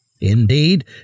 Indeed